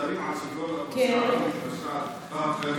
מדברים על שוויון לאוכלוסייה הערבית,